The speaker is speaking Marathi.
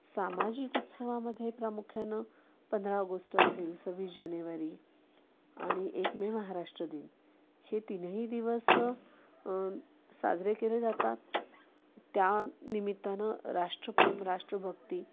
सामाजिक उत्सवामध्ये प्रामुख्यानं पंधरा ऑगस्ट असेल सव्वीस जानेवारी आणि एक मे महाराष्ट्र दिन हे तिन्ही दिवस साजरे केले जातात त्या निमित्तानं राष्ट्रप्रेम राष्ट्रभक्ती